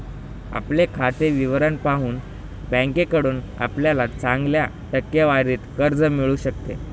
आपले खाते विवरण पाहून बँकेकडून आपल्याला चांगल्या टक्केवारीत कर्ज मिळू शकते